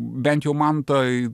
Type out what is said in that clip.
bent jau man tai